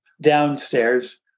downstairs